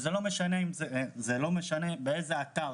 ולא משנה באיזה אתר,